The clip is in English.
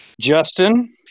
Justin